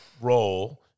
role